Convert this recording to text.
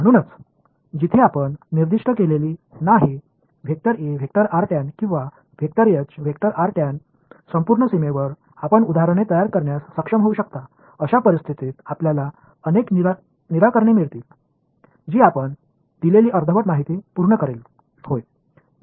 म्हणूनच जिथे आपण निर्दिष्ट केलेली नाही किंवा संपूर्ण सीमेवर आपण उदाहरणे तयार करण्यास सक्षम होऊ शकता अशा परिस्थितीत आपल्याला अनेक निराकरणे मिळतील जी आपण दिलेली अर्धवट माहिती पूर्ण करेल होय